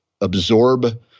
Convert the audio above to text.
absorb